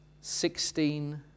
sixteen